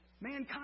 Mankind